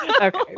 Okay